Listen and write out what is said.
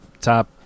top